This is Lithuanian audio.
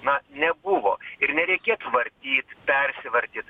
na nebuvo ir nereikėtų vartyt persivartyt